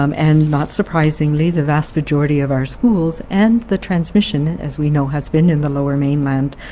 um and knot surprisingly, the vast majority of our schools and the transmission, as we know, has been in the lower mainland,